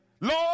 Lord